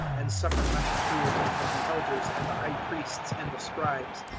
and suffer much cruelty from the elders and the high priests and the scribes,